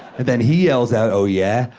and then he yells out, oh, yeah?